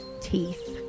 teeth